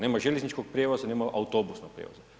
Nema željezničkog prijevoza, nema autobusnog prijevoza.